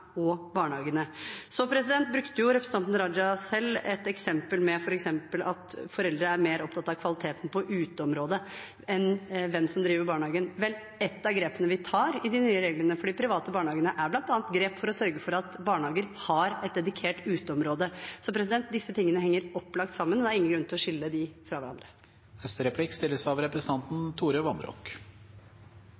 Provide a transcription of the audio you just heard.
og barnehagene. Så brukte representanten Raja selv et eksempel med at foreldre er mer opptatt av kvaliteten på uteområdet enn av hvem som driver barnehagen. Vel, et av grepene vi tar i de nye reglene for de private barnehagene, er bl.a. grep for å sørge for at barnehager har et dedikert uteområde. Så disse tingene henger opplagt sammen, og det er ingen grunn til å skille dem fra hverandre. Jeg deler statsrådens oppfatning av